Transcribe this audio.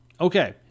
Okay